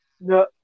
No